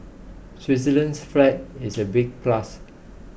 Switzerland's flag is a big plus